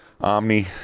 Omni